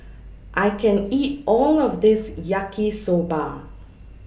I can't eat All of This Yaki Soba